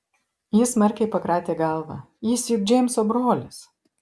ji smarkiai pakratė galvą jis juk džeimso brolis